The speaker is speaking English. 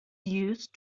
used